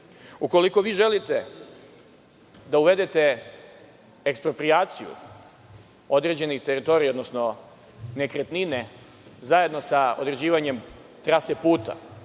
radio. Ukoliko vi želite da uvedete eksproprijaciju određenih teritorija, odnosno nekretnine, zajedno sa određivanjem trase puta,